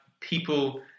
people